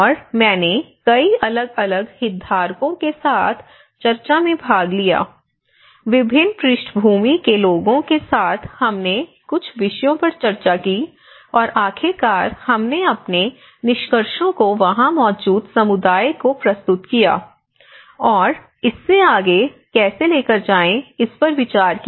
और मैंने कई अलग अलग हितधारकों के साथ चर्चा में भाग लिया विभिन्न पृष्ठभूमि के लोगों के साथ हमने कुछ विषयों पर चर्चा की और आखिरकार हमने अपने निष्कर्षों को वहां मौजूद समुदाय को प्रस्तुतकिया और इसे आगे कैसे लेकर जाएं इस पर विचार किया